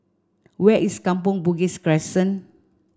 where is Kampong Bugis Crescent